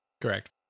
Correct